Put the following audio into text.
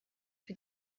für